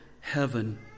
heaven